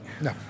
No